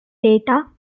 data